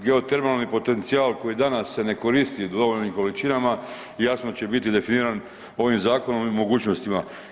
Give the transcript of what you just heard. Geotermalni potencijal koji danas se ne koristi u dovoljnim količinama jasno će biti definiran ovim zakonom i mogućnostima.